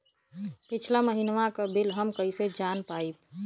पिछला महिनवा क बिल हम कईसे जान पाइब?